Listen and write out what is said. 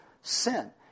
sin